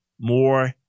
more